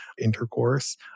intercourse